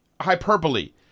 hyperbole